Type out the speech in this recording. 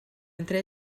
entre